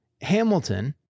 Hamilton